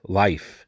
life